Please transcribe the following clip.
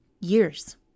years